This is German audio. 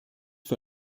für